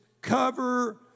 cover